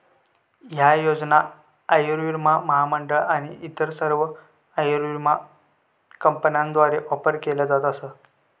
ह्या योजना आयुर्विमा महामंडळ आणि इतर सर्व आयुर्विमा कंपन्यांद्वारा ऑफर केल्या जात असा